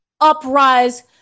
uprise